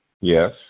Yes